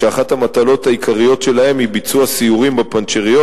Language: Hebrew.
ואחת המטלות העיקריות שלהם היא לסייר בפנצ'ריות